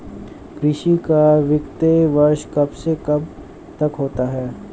कृषि का वित्तीय वर्ष कब से कब तक होता है?